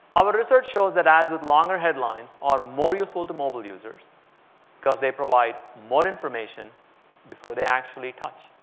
our research shows that ads with longer headlines are more useful to mobile users because they provide more information before they actually touch.